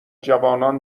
جوانان